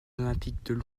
olympiques